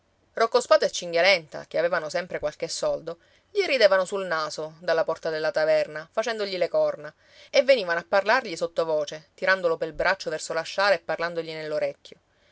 rocco spatu e cinghialenta che avevano sempre qualche soldo gli ridevano sul naso dalla porta della taverna facendogli le corna e venivano a parlargli sottovoce tirandolo pel braccio verso la sciara e parlandogli